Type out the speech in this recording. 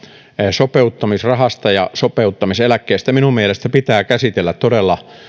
sopeuttamisrahasta ja sopeuttamiseläkkeestä minun mielestäni pitää käsitellä todella